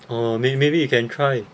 orh may~ maybe you can try